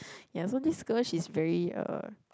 ya so this girl she's very uh